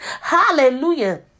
hallelujah